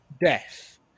death